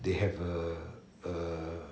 they have the uh